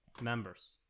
Members